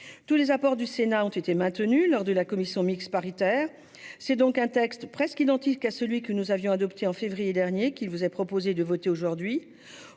Tous les apports du Sénat ont été maintenus lors de la commission mixte paritaire (CMP). C'est donc un texte presque identique à celui que nous avions adopté en février dernier qu'il vous est proposé de voter aujourd'hui.